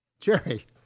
Jerry